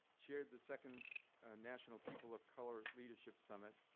chaired the second ah national people of color leadership summit,